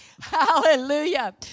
Hallelujah